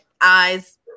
eyes